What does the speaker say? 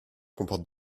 comporte